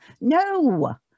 no